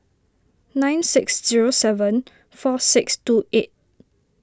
nine six zero seven four six two eight